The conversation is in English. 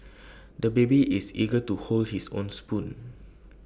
the baby is eager to hold his own spoon